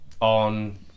On